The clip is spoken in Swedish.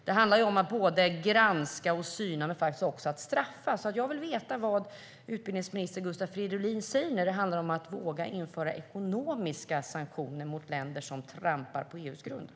Det handlar om att granska och syna men faktiskt också att straffa.